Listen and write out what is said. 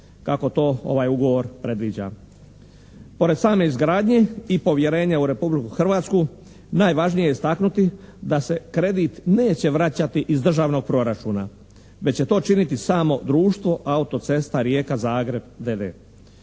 kako to ovaj ugovor predviđa. Pored same izgradnje i povjerenje u Republiku Hrvatsku najvažnije je istaknuti da se kredit neće vraćati iz državnog proračuna, već će to činiti samo društvo "Autocesta Rijeka-Zagreb